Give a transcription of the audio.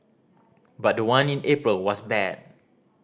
but the one in April was bad